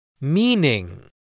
Meaning